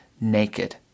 naked